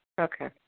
Okay